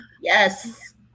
Yes